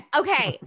okay